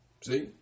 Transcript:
See